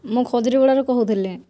ମୁଁ ଖଜୁରିପଡ଼ାରୁ କହୁଥିଲି